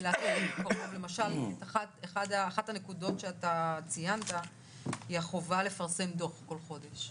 אחת הנקודות שציינת היא החובה לפרסם דו"ח כל חודש,